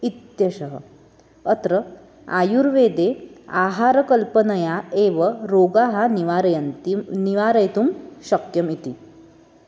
इत्येषः अत्र आयुर्वेदे आहारकल्पनया एव रोगाः निवारयति निवारयितुं शक्यमिति